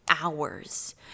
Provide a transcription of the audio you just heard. hours